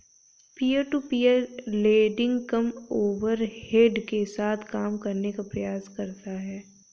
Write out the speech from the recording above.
peer to peer lending कम overhead के साथ काम करने का प्रयास करती हैं